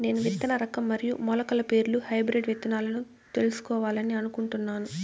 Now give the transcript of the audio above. నేను విత్తన రకం మరియు మొలకల పేర్లు హైబ్రిడ్ విత్తనాలను తెలుసుకోవాలని అనుకుంటున్నాను?